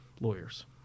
lawyers